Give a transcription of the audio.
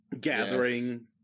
gathering